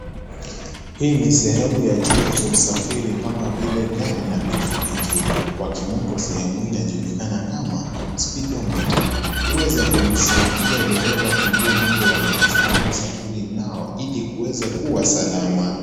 Hii ni sehemu ya chombo cha usafiri kama vile gari na pikipiki, kwa kimombo sehemu hii inajulikana kama speedometer , huweza kumsaidia dereva kujua mwendo wa kasi anao safiri nao ili kuweza kuwa salama.